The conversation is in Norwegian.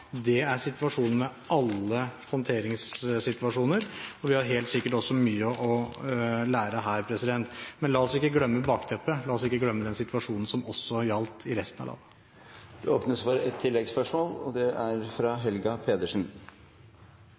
Det er situasjonen med alle håndteringssituasjoner, og vi har helt sikkert også mye å lære her. Men la oss ikke glemme bakteppet. La oss ikke glemme den situasjonen som gjaldt også i resten av landet. Det åpnes for ett oppfølgingsspørsmål – fra Helga Pedersen. Det vi hører her, er